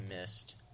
missed